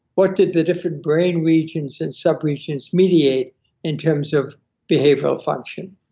what did the different brain regions, and sub-regions mediate in terms of behavioral function?